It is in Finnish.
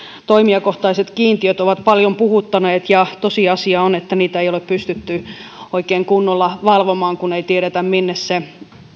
toimijakohtaiset kiintiöt ovat paljon puhuttaneet ja tosiasia on että niitä ei ole pystytty oikein kunnolla valvomaan kun ei tiedetä mihin satamaan se